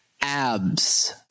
Abs